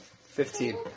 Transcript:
Fifteen